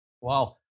Wow